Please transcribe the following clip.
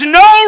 no